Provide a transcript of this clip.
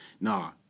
Nah